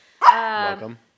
Welcome